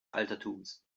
altertums